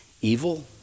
evil